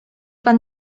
pan